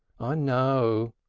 i know,